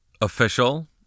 official